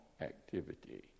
activity